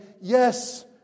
Yes